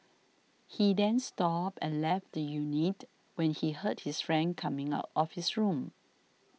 he then stopped and left the unit when he heard his friend coming out of his room